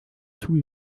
tout